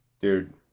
Dude